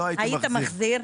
היית מחזיר?